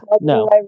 no